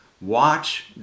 Watch